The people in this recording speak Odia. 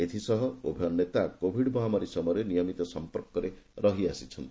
ଏଥିସହ ଉଭୟ ନେତା କୋଭିଡ ମହାମାରୀ ସମୟରେ ନିୟମିତ ସମ୍ପର୍କରେ ରହି ଆସିଛନ୍ତି